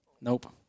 Nope